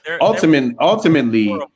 Ultimately